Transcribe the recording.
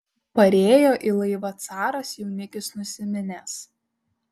parėjo į laivą caras jaunikis nusiminęs